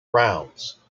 rounds